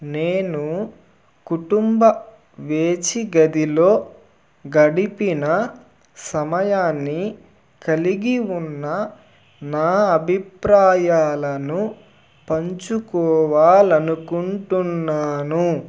నేను కుటుంబ వేచి గదిలో గడిపిన సమయాన్ని కలిగి ఉన్న నా అభిప్రాయాలను పంచుకోవాలి అనుకుంటున్నాను